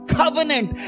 covenant